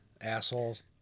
Assholes